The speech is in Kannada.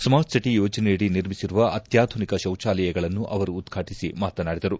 ಸ್ಮಾರ್ಟ್ಸಿಟಿ ಯೋಜನೆಯಡಿ ನಿರ್ಮಿಸಿರುವ ಅತ್ಯಾಧುನಿಕ ಶೌಚಾಲಯಗಳನ್ನು ಅವರು ಉದ್ಘಾಟಿಸಿ ಮಾತನಾಡಿದರು